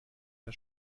der